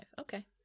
Okay